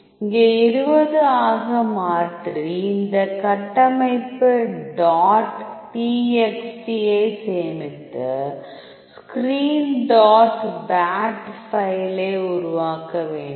இங்கே 20 ஆக மாற்றி இந்த கட்டமைப்பு டாட் txt ஐ சேமித்து ஸ்கிரீன் டாட் பேட் ஃபைலை உருவாக்க வேண்டும்